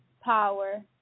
power